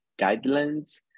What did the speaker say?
guidelines